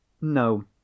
No